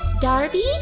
Darby